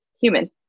human